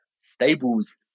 Stables